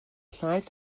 llaeth